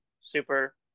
super